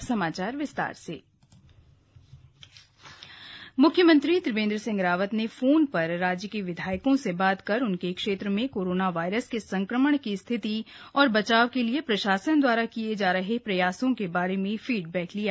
केंद्रीकृत control room म्ख्यमंत्री त्रिवेन्द्र सिंह रावत ने फोन पर राज्य के विधायकों से बात कर उनके क्षेत्रों में कोरोना वायरस के संक्रमण की स्थिति और बचाव के लिए प्रशासन द्वारा किए जा रहे प्रयासों के बारे में फीडबैक लिया